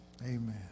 amen